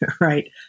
right